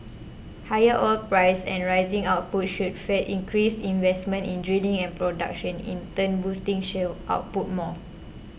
higher oil prices and rising output should feed increased investment in drilling and production in turn boosting shale output more